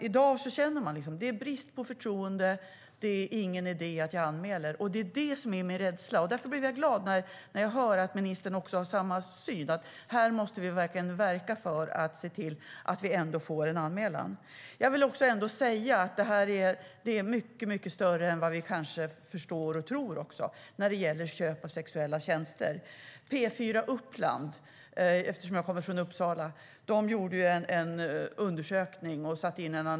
I dag känner man en brist på förtroende, att det inte är någon idé att anmäla. Det är min rädsla. Därför blev jag glad när jag hörde att ministern har samma syn, att vi måste verka för att se till att det blir en anmälan. Köp av sexuella tjänster är något mycket större än vad vi kanske förstår och tror.